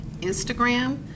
Instagram